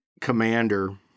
commander